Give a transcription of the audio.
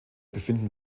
befinden